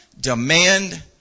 demand